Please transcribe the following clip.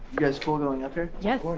guys cool going up here? yes